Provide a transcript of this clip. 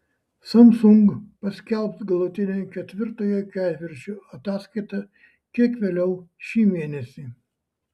samsung paskelbs galutinę ketvirtojo ketvirčio ataskaitą kiek vėliau šį mėnesį